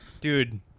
dude